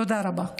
תודה רבה.